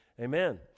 amen